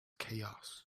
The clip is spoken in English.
chaos